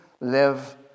live